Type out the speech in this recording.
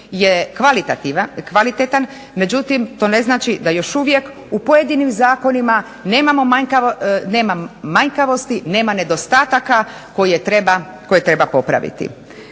je kvalitetan, međutim to ne znači da još uvijek u pojedinim zakonima nema manjkavosti, nema nedostataka koje treba popraviti.